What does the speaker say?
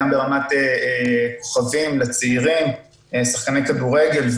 גם ברמת כוכבים לצעירים שחקני כדורגל,